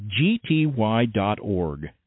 gty.org